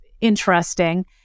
interesting